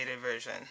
version